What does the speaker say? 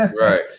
Right